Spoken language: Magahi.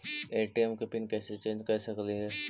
ए.टी.एम के पिन कैसे चेंज कर सकली ही?